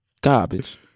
Garbage